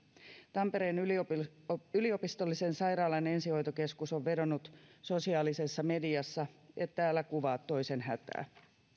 tampereen yliopistollisen yliopistollisen sairaalan ensihoitokeskus on vedonnut sosiaalisessa mediassa että älä kuvaa toisen hätää